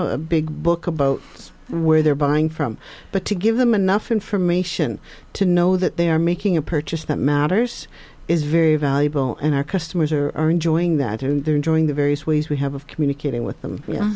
a big book about where they're buying from but to give them enough information to know that they are making a purchase that matters is very valuable and our customers are enjoying that and they're enjoying the various ways we have of communicating with them